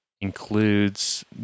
includes